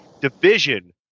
division